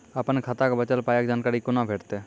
अपन खाताक बचल पायक जानकारी कूना भेटतै?